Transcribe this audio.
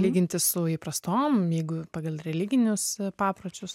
lyginti su įprastom jeigu pagal religinius papročius